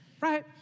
right